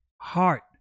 heart